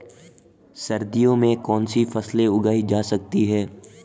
सर्दियों में कौनसी फसलें उगाई जा सकती हैं?